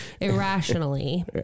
irrationally